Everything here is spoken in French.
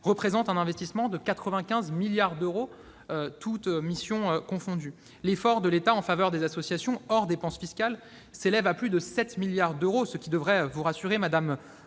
représente un investissement de 95 milliards d'euros. L'effort de l'État en faveur des associations, hors dépenses fiscales, s'élève à plus de 7 milliards d'euros. Cela devrait vous rassurer, madame